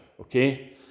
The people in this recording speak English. Okay